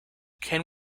can